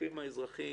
הגופים האזרחיים,